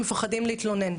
מפחדים להתלונן.